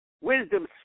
Wisdom